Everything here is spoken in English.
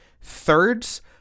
thirds